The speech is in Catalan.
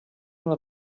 una